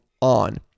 on